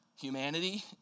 humanity